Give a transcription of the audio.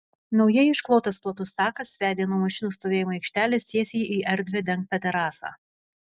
naujai išklotas platus takas vedė nuo mašinų stovėjimo aikštelės tiesiai į erdvią dengtą terasą